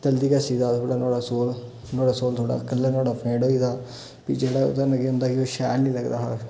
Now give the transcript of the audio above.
जल्दी घस्सी दा हा जेह्ड़ा नुहाड़ा थोह्ड़ा सोल नुहाड़ा सोल थोह्ड़ा कलर नुहाड़ा फैंट होई दा हा भी जोल्लै ओह्दे नै केह् होंदा की ओह् शैल निं लगदा हा